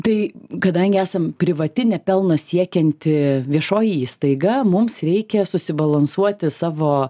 tai kadangi esam privati nepelno siekianti viešoji įstaiga mums reikia susibalansuoti savo